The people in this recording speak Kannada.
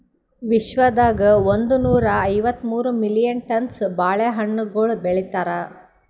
ವಿಶ್ವದಾಗ್ ಒಂದನೂರಾ ಐವತ್ತ ಮೂರು ಮಿಲಿಯನ್ ಟನ್ಸ್ ಬಾಳೆ ಹಣ್ಣುಗೊಳ್ ಬೆಳಿತಾರ್